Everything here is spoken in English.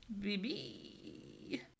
Baby